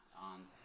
on –